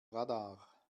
radar